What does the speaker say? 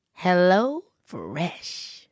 HelloFresh